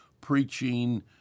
preaching